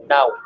Now